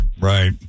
Right